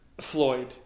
Floyd